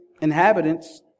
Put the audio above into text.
inhabitants